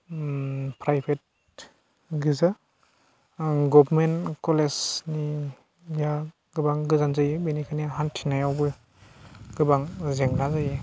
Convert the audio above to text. प्राइभेटगोजा आं गभर्नमेन्ट कलेजनिया गोबां गोजान जायो बेनिखायनो हान्थिनायावबो गोबां जेंना जायो